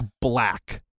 black